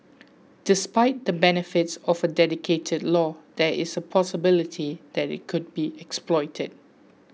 despite the benefits of a dedicated law there is a possibility that it could be exploited